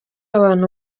abantu